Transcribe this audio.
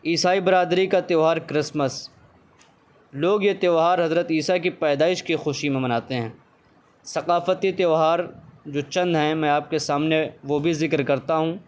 عیسائی برادری کا تہوار کرسمس لوگ یہ تہوار حضرت عیسیٰ کی پیدائش کی خوشی میں مناتے ہیں ثقافتی تہوار جو چند ہیں میں آپ کے سامنے وہ بھی ذکر کرتا ہوں